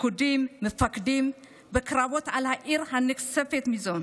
פקודים ומפקדים בקרבות על העיר הנכספת מזה,